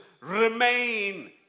remain